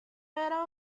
era